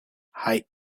hei